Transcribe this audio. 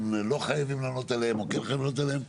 לא חייבים לענות עליהם או כן חייבים לענות עליהם,